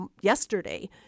yesterday